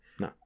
No